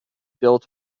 built